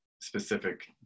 specific